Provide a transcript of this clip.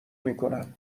میکنم